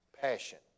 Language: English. Passion